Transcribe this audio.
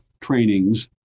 trainings